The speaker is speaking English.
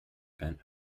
bent